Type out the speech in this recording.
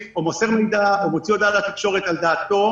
או מוסר מידע או מוציא הודעה לתקשורת על דעתו